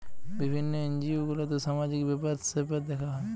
বিভিন্ন এনজিও গুলাতে সামাজিক ব্যাপার স্যাপার দেখা হয়